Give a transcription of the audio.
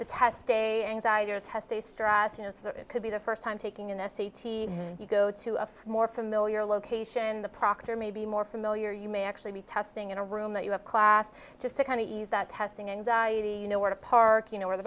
test could be the first time taking an s c t you go to a more familiar location the proctor may be more familiar you may actually be testing in a room that you have class just to kind of ease that testing anxiety you know where to park you know where the